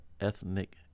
Ethnic